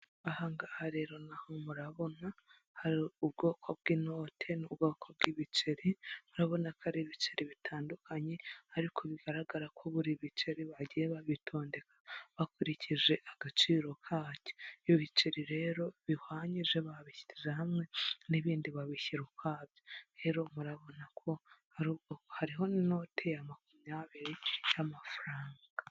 Ahaha rero naho murabona hari ubwoko bw'inote n'ubwoko bw'ibiceri murabona ko ari ibiceri bitandukanye ariko bigaragara ko buri ibicere bagiye babitondeka bakurikije agaciro kacyo. Iyo ibiceri rero bihwanyije babishyize hamwe n'ibindi babishyira ukwabya rero murabona ko hari ubwo hariho uwateye ikote ya 20 y'amafaranga.